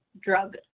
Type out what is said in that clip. drug